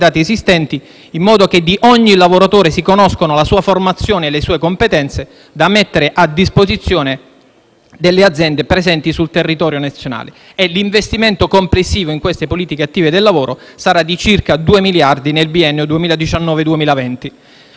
dati esistenti, in modo che di ogni lavoratore si conoscano la formazione e le competenze, da mettere a disposizione delle aziende presenti sul territorio nazionale. L'investimento complessivo nelle politiche attive del lavoro sarà di circa 2 miliardi nel biennio 2019-2020.